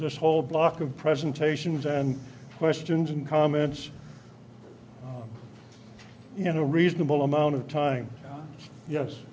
whole block of presentations and questions and comments in a reasonable amount of time yes